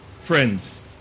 friends